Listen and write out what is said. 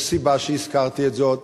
יש סיבה שהזכרתי את זאת,